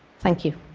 thank you.